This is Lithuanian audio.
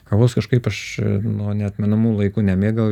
kavos kažkaip aš nuo neatmenamų laikų nemėgau